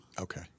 Okay